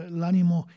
l'animo